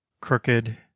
crooked